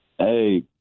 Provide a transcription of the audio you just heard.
Hey